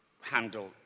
handle